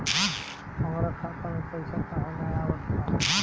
हमरा खाता में पइसा काहे ना आवत बा?